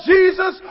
Jesus